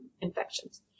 infections